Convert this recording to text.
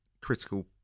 critical